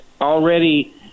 already